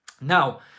Now